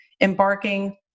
embarking